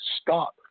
stop